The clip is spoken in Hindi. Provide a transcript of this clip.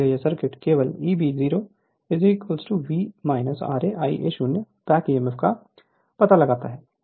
इसलिए यह सर्किट केवल Eb0 V ra Ia 0 back EMF का पता लगाता है